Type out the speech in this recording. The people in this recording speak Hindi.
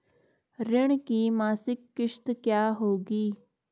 ऋण की मासिक किश्त क्या होगी?